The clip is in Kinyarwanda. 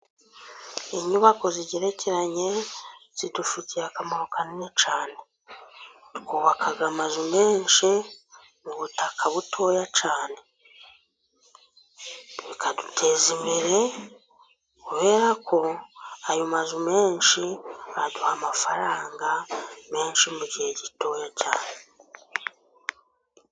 Inyubako zigerekeranye zidufitiye akamaro kanini cyane. Twubaka amazu menshi mu butaka butoya cyane. Bikaduteza imbere, kubera ko ayo mazu menshi aduha amafaranga menshi mu gihe gitoya cyane.